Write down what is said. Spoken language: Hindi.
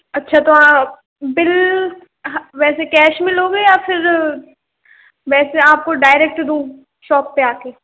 अच्छा तो आप बिल वैसे कैश में लोगे या फिर वैसे आपको डायरेक्ट दूँ शॉप पे आके